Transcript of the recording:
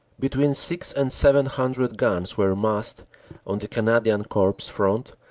between six and seven hundred guns were massed on the canadian corps front,